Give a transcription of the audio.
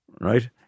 right